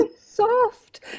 soft